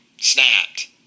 snapped